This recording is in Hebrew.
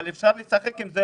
אבל אפשר לשחק עם זה,